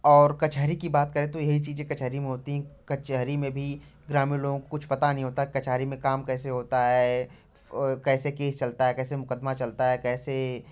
और कचहरी की बात करें तो यही चीज़ें कचहरी में होती है कचहरी में भी ग्रामीण लोगों को कुछ पता नहीं होता कचहरी में काम कैसे होता है और कैसे केस चलता है कैसे मुकद्दमा चलता है कैसे